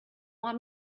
want